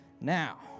Now